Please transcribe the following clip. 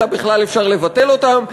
אלא בכלל אפשר לבטל אותם,